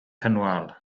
cynwal